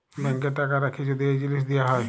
ব্যাংকে টাকা রাখ্যে যদি এই জিলিস দিয়া হ্যয়